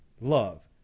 love